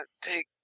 take